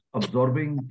absorbing